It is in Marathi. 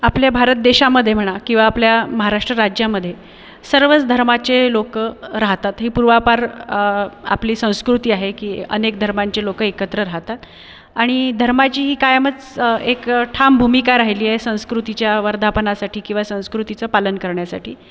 आपल्या भारत देशामध्ये म्हणा किंवा आपल्या महाराष्ट्र राज्यामध्ये सर्वच धर्माचे लोक राहतात ही पूर्वापार आपली संस्कृती आहे की अनेक धर्मांचे लोक एकत्र राहतात आणि धर्माची ही कायमच एक ठाम भूमिका राहिली आहे संस्कृतीच्या वर्धापनासाठी किंवा संस्कृतीचं पालन करण्यासाठी